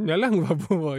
nelengva buvo